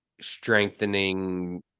strengthening